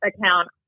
account